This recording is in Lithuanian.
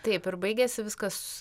taip ir baigėsi viskas